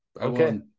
Okay